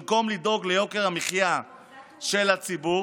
במקום לדאוג ליוקר המחיה של הציבור,